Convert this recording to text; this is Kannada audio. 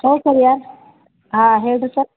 ಹೇಳಿ ಸರ್ ಯಾರು ಹಾಂ ಹೇಳಿ ರೀ ಸರ್